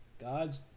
God's